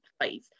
place